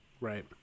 Right